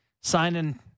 signing